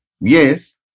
Yes